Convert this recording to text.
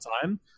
time